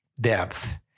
depth